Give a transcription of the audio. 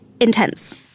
intense